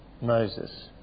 Moses